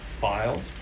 filed